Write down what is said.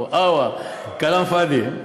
או-אה, כלאם פאד'י.